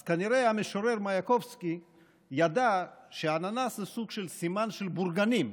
אז כנראה המשורר מאיאקובסקי ידע שאננס זה סוג של סימן של בורגנים,